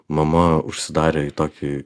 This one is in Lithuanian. mama užsidarė į tokį